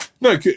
No